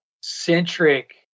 centric